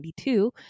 1992